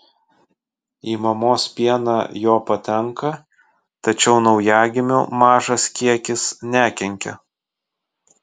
į mamos pieną jo patenka tačiau naujagimiui mažas kiekis nekenkia